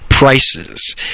prices